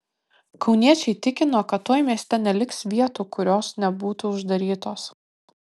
kauniečiai tikino kad tuoj mieste neliks vietų kurios nebūtų uždarytos